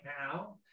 now